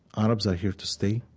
arabs are here to stay,